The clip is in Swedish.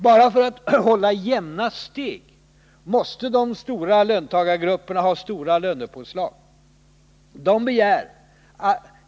Bara för att hålla jämna steg måste de stora löntagargrupperna ha stora lönepåslag.